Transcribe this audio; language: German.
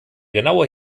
genaue